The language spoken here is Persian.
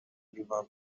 لیوان